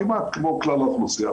כמעט כמו כלל האוכלוסייה,